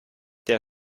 der